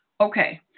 Okay